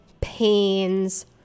pains